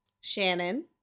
Shannon